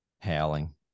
Howling